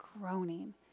groaning